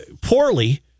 poorly